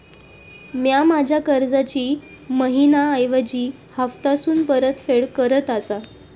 म्या माझ्या कर्जाची मैहिना ऐवजी हप्तासून परतफेड करत आसा